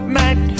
night